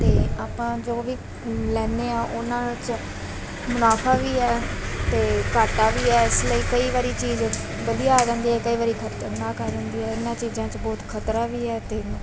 ਅਤੇ ਆਪਾਂ ਜੋ ਵੀ ਲੈਂਦੇ ਹਾਂ ਉਨ੍ਹਾਂ 'ਚ ਮੁਨਾਫ਼ਾ ਵੀ ਹੈ ਅਤੇ ਘਾਟਾ ਵੀ ਹੈ ਇਸ ਲਈ ਕਈ ਵਾਰ ਚੀਜ਼ ਵਧੀਆ ਆ ਜਾਂਦੀ ਹੈ ਕਈ ਵਾਰ ਖ਼ਤਰਨਾਕ ਆ ਜਾਂਦੀ ਹੈ ਇਹਨਾਂ ਚੀਜ਼ 'ਚ ਬਹੁਤ ਖ਼ਤਰਾ ਵੀ ਹੈ ਅਤੇ